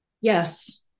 Yes